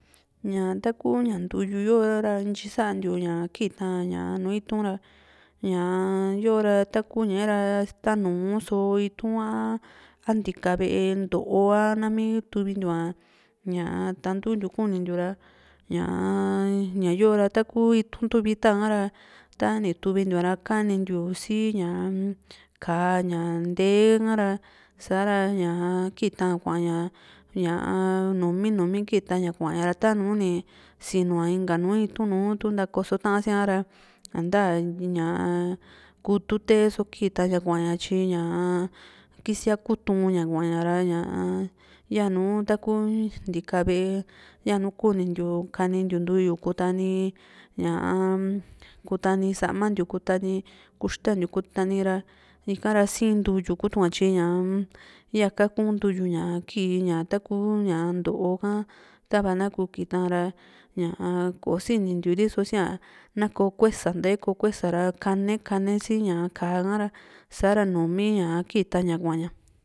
ña taku ña ntuyu yo ra ntyi santiu ña kita´n nùù itu´n ra ñaa yo´ra taku ñaera tanuu so itu´n a ntika ve´e ntoo a nami tuvintiua ña tantuntia kunintiu ra ñaa ñayora taku itu´n tu vita ra ta ni tuvintua ra kanintiu si´ñaa ka´a ña ntee ra sa´ra ña kitaa kuaña ña numi numi keta ña kua´ña tanuni sinu ña nu itu´n nùù tu ntakoso ta´asn sia ra nta ñaa kutu tee´so kita ña kuaña tyi ñaa kisia kutu´n ña kuaña ra ñaa yanu taku ntika ve´e yanu kunintiu kani ntiu ntuyu kutanii ñaa sa´ma ntiu kutani kuxtantiu kutani ra ikara sii´n ntuyu kutua tyi ña yaa kaku ntuyu ña kii ña taku ña ntoo ka tava na ku kita ra ñaa kosinintiu ri´a siá nako kuesa nta´ae na ko kuesa ra kane kane si káa ra sa´ra numi kita ña kua´ña.